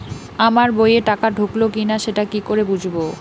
আমার বইয়ে টাকা ঢুকলো কি না সেটা কি করে বুঝবো?